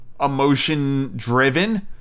emotion-driven